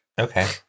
Okay